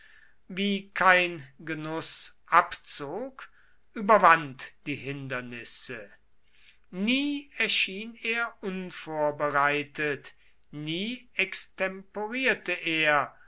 wie kein genuß abzog überwand die hindernisse nie erschien er unvorbereitet nie extemporierte er